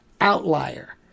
outlier